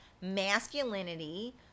masculinity